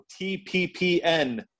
TPPN